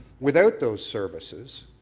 without those services,